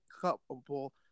couple